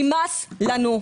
נמאס לנו.